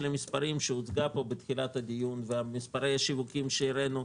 המספרים שהוצגה פה בתחילת הדיון ומספר השיווקים שהראינו,